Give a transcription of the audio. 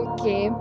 Okay